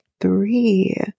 Three